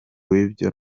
w’ibyo